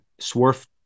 Swarf